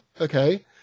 okay